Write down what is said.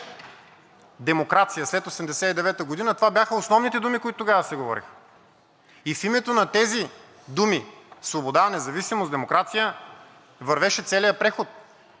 демокрация след 1989 г., това бяха основните думи, които тогава се говореха. И в името на тези думи свобода, независимост, демокрация вървеше целият преход,